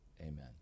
Amen